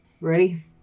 Ready